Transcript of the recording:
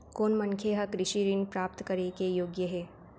कोन मनखे ह कृषि ऋण प्राप्त करे के योग्य हे?